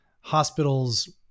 hospitals